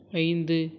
ஐந்து